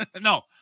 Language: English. No